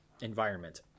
environment